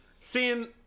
Seeing